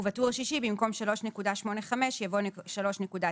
ובטור השישי במקום "3.85" יבוא "3.95".